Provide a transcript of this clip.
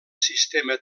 sistema